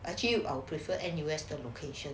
actually 我 prefer N_U_S location